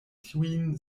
tiujn